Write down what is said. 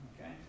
okay